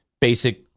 Basic